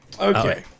Okay